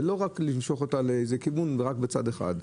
ולא רק למשוך אותה לאיזה כיוון ורק בצד אחד.